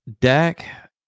Dak